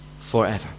forever